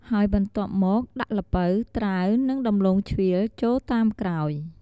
ហើយបន្ទាប់មកដាក់ល្ពៅ ត្រាវ និងដំឡូងជ្វាចូលតាមក្រោយ។